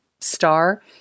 star